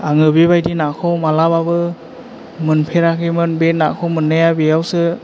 आङो बेबाइदि नाखौ मालाबाबो मोनफेराखैमोन बे नाखौ मोननाय बेयावसो